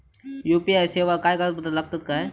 UPI सेवाक काय कागदपत्र लागतत काय?